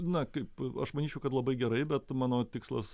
na kaip aš manyčiau kad labai gerai bet mano tikslas